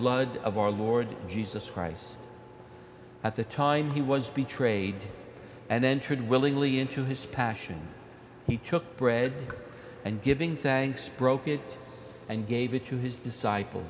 blood of our lord jesus christ at the time he was betrayed and entered willingly into his passion he took bread and giving thanks broke it and gave it to his disciples